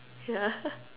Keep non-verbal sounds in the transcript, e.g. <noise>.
yeah <laughs>